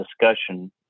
discussion